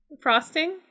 frosting